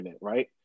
right